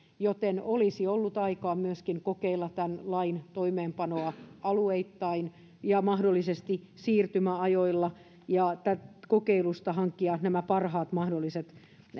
joten olisi ollut aikaa myöskin kokeilla tämän lain toimeenpanoa alueittain ja mahdollisesti siirtymäajoilla ja kokeilusta hankkia parhaat mahdolliset